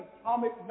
atomic